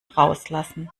rauslassen